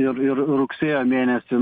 ir ir rugsėjo mėnesį